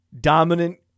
dominant